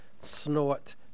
snort